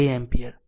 2 ampere